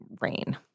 rain